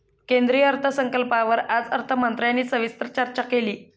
केंद्रीय अर्थसंकल्पावर आज अर्थमंत्र्यांनी सविस्तर चर्चा केली